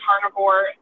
carnivore